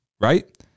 right